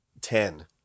Ten